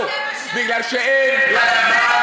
לא, מפני שאין לדבר סוף.